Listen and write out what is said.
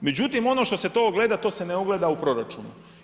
Međutim, ono što se to ogleda to se ne ogleda u proračunu.